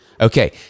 Okay